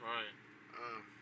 Right